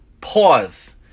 pause